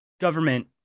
government